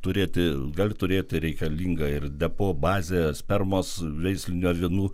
turėti gali turėti reikalingą ir depo bazę spermos veislinių avinų